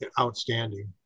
outstanding